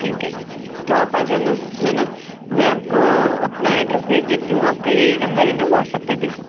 ठीक है तो आप आ जाना है ना मैं आपको अपना एड्रेस भेज देती हूँ आपका यही नंबर है ना व्हाट्सएप पर भी